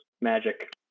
magic